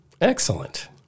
Excellent